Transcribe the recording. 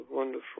Wonderful